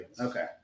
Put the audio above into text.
Okay